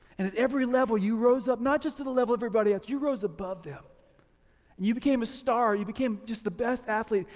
and at every level, you rose up not just to the level everybody at, you rose above them and you became a star, you became just the best athlete.